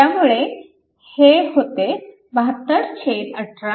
त्यामुळे हे होते 72 18 4